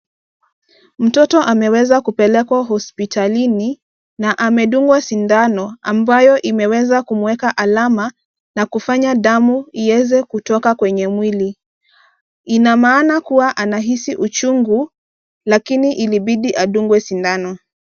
Mtoto ameweza kupelekwa hospitalini na amedungwa sindano ambayo imeweza kumweka alama na kufanya damu iweze kutoka kwenye mwili. Ina maana kuwa anahisi uchungu lakini ilibidi adungwe sindano.